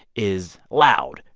is loud,